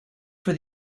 for